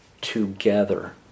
Together